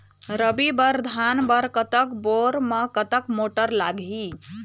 रबी बर धान बर कतक बोर म कतक मोटर लागिही?